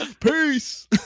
Peace